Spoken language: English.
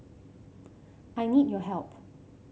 I need your help